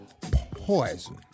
poison